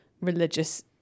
religious